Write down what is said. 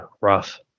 rough